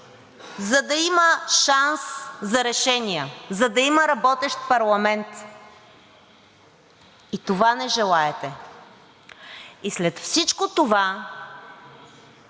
за да има шанс за решения, за да има работещ парламент. И това не желаете. И след всичко това